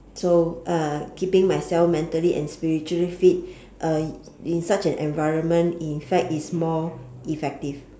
so uh keeping myself mentally and spiritually fit uh in such an environment in fact is more effective